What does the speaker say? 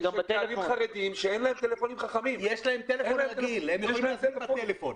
אבל החשיבה מתקיימת.